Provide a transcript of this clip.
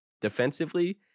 defensively